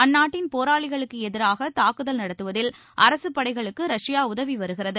அந்நாட்டின் போராளிகளுக்கு எதிராக தாக்குதல் நடத்துவதில் அரசுப்படைகளுக்கு ரஷ்யா உதவி வருகிறது